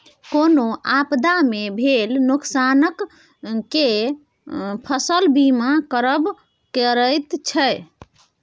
कोनो आपदा मे भेल नोकसान केँ फसल बीमा कवर करैत छै